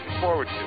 forward